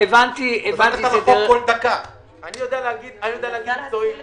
אני יודע להגיד מקצועית